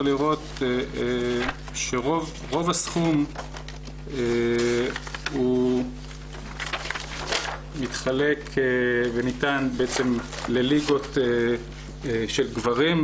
לראות שרוב הסכום הוא מתחלק וניתן בעצם לליגות של גברים,